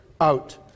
out